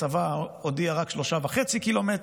הצבא הודיע רק עד 3.5 ק"מ.